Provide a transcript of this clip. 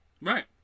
Right